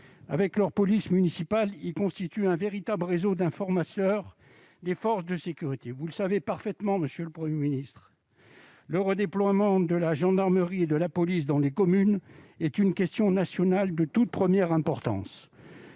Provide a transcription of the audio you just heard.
Avec leur police municipale, ils constituent un véritable réseau d'informateurs des forces de sécurité. Vous le savez parfaitement, monsieur le Premier ministre, le redéploiement de la gendarmerie et de la police dans les communes est une question nationale de toute première importance.